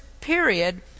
period